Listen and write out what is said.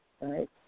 Right